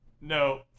No